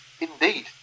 Indeed